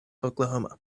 oklahoma